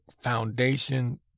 Foundation